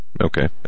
Okay